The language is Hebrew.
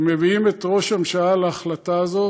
שמביאים את ראש הממשלה להחלטה הזאת?